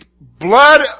blood